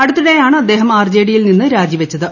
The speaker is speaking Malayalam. അടുത്തിടെയാണ് അദ്ദേഹം ആർജെഡിയിൽ നിന്ന് രാജിവെച്ചത്